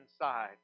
inside